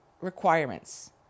requirements